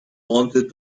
wanted